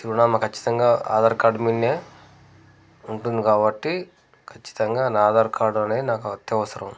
చిరునామ ఖచ్చితంగా ఆధార్ కార్డ్ మీదనే ఉంటుంది కాబట్టి ఖచ్చితంగా నా ఆధార్ కార్డు అనేది నాకు అత్యవసరం